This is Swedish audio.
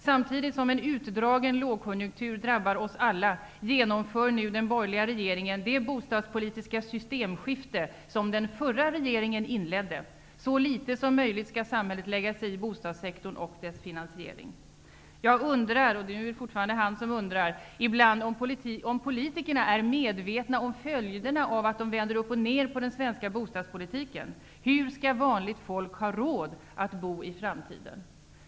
Samtidigt som en utdragen lågkonjunktur drabbar oss alla, genomför nu den borgerliga regeringen det bostadspolitiska systemskifte som den förra regeringen inledde. Så litet som möjligt skall samhället lägga sig i bostadssektorn och dess finansiering. Jag undrar ibland om politikerna är medvetna om följderna av att de vänder upp och ner på den svenska bostadspolitiken. Hur skall vanligt folk ha råd att bo i framtiden?''